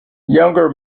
younger